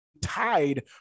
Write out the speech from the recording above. tied